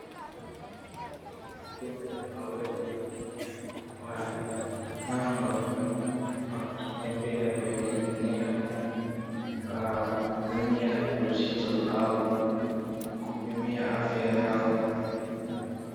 Ng'ombe wawili wamepanda wakitembea kwenye eneo la kupimia uzito au kupimia afya yao.